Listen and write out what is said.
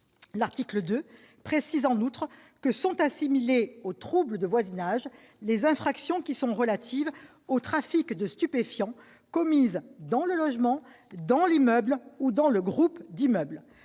L'article 2 précise en outre que sont assimilées aux troubles de voisinage les infractions relatives au trafic de stupéfiants commises dans le logement, l'immeuble ou le groupe d'immeubles.